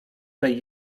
tej